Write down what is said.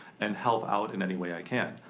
and help out in any way i can.